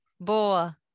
Boa